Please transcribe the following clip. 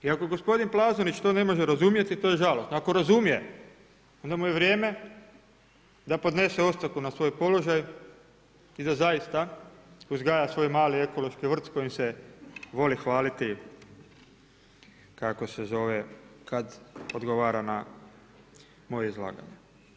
I ako gospodin Plazonić to ne može razumjeti, to je žalosno, ako razumije, onda mu je vrijeme da podnese ostavku na svoj položaj i da zaista uzgaja svoj mali ekološki vrt s kojim se voli hvaliti, kako se zove, kad odgovara na moje izlaganje.